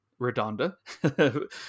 Redonda